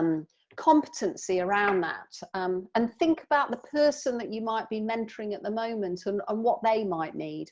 um competency around that um and think about the person you might be mentoring at the moment and um what they might need